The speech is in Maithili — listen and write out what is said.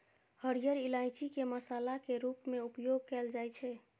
हरियर इलायची के मसाला के रूप मे उपयोग कैल जाइ छै